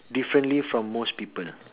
differently from most people